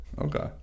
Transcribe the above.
Okay